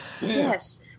Yes